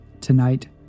Tonight